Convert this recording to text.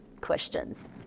questions